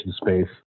space